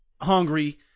hungry